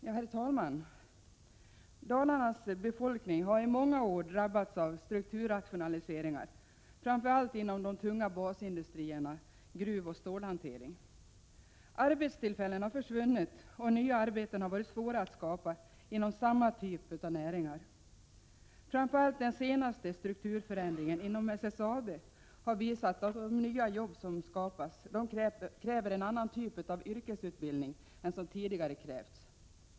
Herr talman! Dalarnas befolkning har i många år drabbats av strukturrationaliseringar, framför allt inom de tunga basindustrierna gruvoch stålhantering. Arbetstillfällen har försvunnit, och nya arbeten har varit svåra att skapa inom samma typ av näringar. Framför allt har den senaste strukturförändringen inom SSAB visat att de nya jobb som skapas kräver en annan typ av yrkesutbildning än som tidigare krävts.